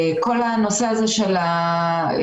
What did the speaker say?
כל הנושא הזה של המגורים,